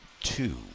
two